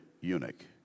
eunuch